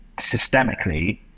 systemically